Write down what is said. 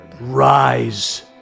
Rise